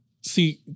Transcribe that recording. See